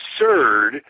absurd